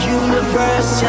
universe